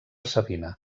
savina